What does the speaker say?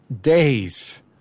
days